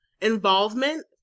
involvement